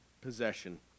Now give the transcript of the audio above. possession